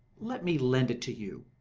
let me lend it to you.